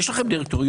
יש לכם דירקטוריון?